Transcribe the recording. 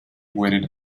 weighed